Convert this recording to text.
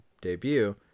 debut